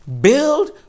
Build